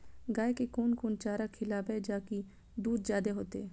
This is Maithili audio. गाय के कोन कोन चारा खिलाबे जा की दूध जादे होते?